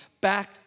back